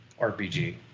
RPG